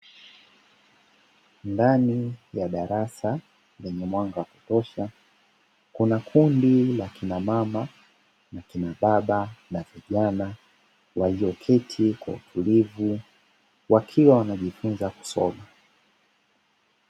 Ndani ya darasa lenye mwanga ya kutosha kuna kundi la kina mama na kina baba na vijana walioketi kwa utulivu wakiwa wanajifunza kusoma.